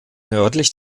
nördlich